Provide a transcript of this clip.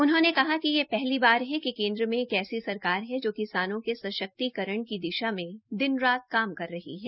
उन्होंने कहा कि यह पहली बार है कि केन्द्र मे एक ऐसी सरकार है जो किसानों के सशक्तिकरण की दिशा मे रात दिन काम कर रही है